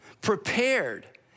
prepared